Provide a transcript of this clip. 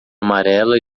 amarela